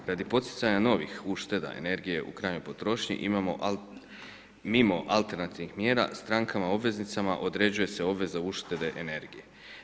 Radi poticanja novih ušteda energije u krajnjoj potrošnji imamo mimo alternativnih mjera strankama obveznicama određuje se obveza uštede energije.